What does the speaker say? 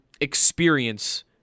experience